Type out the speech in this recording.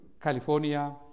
California